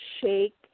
shake